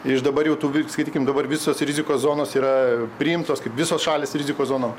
iš dabar jau tų skaitykim dabar visos rizikos zonos yra priimtos kaip visos šalys rizikos zonom